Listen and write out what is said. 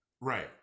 Right